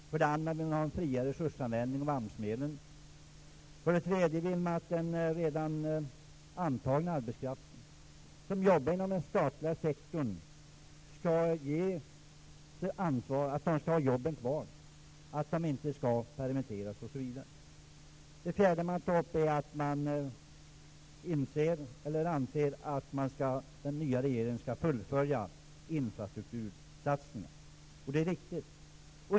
För det andra vill man ha en friare resursanvändning av AMS medlen. För det tredje vill man att den befintliga arbetskraften inom den statliga sektorn skall få ha jobben kvar, att den inte skall permitteras. För det fjärde förutsätter man att den nya regeringen fullföljer infrastruktursatsningarna. Det är viktigt.